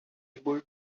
able